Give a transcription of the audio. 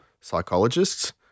psychologists